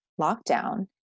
lockdown